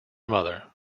mother